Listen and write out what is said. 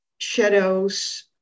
shadows